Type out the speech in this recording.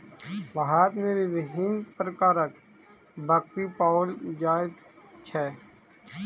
भारत मे विभिन्न प्रकारक बकरी पाओल जाइत छै